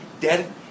dead